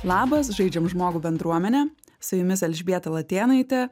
labas žaidžiam žmogų bendruomene su jumis elžbieta latėnaitė